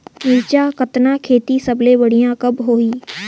मिरचा कतना खेती सबले बढ़िया कब होही?